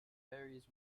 varies